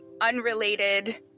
unrelated